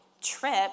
trip